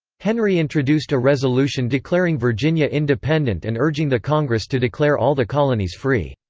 henry introduced a resolution declaring virginia independent and urging the congress to declare all the colonies free.